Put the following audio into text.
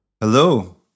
Hello